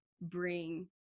bring